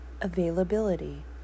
Availability